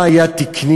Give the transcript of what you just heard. מה היה תקני,